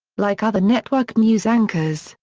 like other network news anchors,